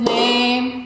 name